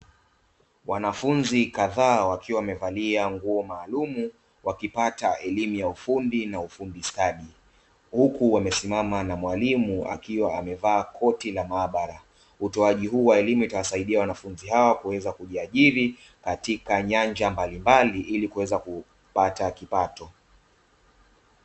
Wanafunzi kadhaa wakiwa wamevalia nguo maalumu, wakipata elimu ya ufundi na ufundi stadi, huku wamesimama na mwalimu akiwa amevaa koti la maabara. Utoaji huu wa elimu utawasaidia wanafunzi hawa kuweza kujiajiri katika nyanja mbalimbali, ili kuweza kupata kipato.